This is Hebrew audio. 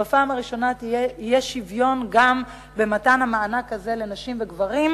בפעם הראשונה יהיה שוויון גם במתן המענק הזה לנשים וגברים,